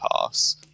Pass